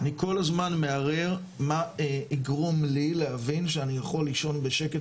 אני כל הזמן מהרהר מה יגרום לי להבין שאני יכול לישון בשקט